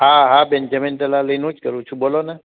હાં હાં બેન જમીન દલાલીનું જ કરું છું બોલોને